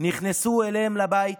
נכנסו אליהם לבית